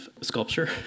sculpture